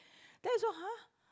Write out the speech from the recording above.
then I saw !huh!